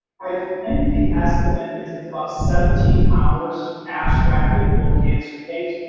i think the estimate is it's about seventeen hours to abstract and pull cancer case.